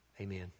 Amen